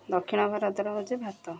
ଦକ୍ଷିଣ ଭାରତର ହେଉଛି ଭାତ